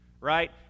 right